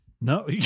No